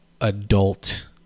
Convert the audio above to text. adult